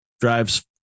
drives